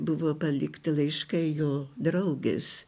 buvo palikti laiškai jo draugės